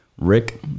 Rick